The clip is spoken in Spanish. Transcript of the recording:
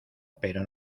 pero